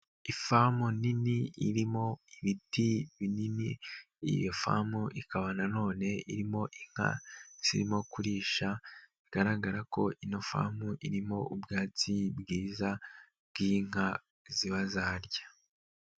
Ifamu nini irimo ibiti binini, iyo famu ikaba na none irimo inka zirimo kurisha, bigaragara ko ino famu irimo ubwatsi bwiza bw'inka ziba zarya.